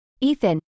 Ethan